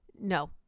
no